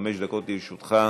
חמש דקות לרשותך.